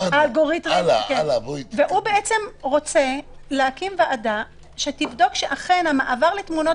הוא רוצה בעצם להקים ועדה שתבדוק שאכן המעבר לתמונות